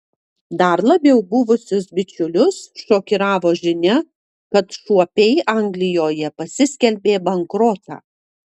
dar labiau buvusius bičiulius šokiravo žinia kad šuopiai anglijoje pasiskelbė bankrotą